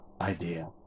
idea